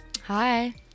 Hi